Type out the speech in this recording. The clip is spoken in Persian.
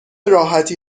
راحتی